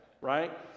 right